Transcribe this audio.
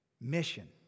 mission